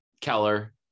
Keller